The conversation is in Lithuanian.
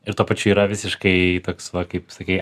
ir tuo pačiu yra visiškai toks va kaip sakei